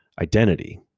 identity